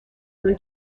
اون